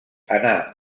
anà